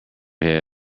head